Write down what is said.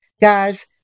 Guys